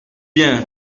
bien